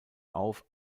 auf